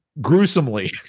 gruesomely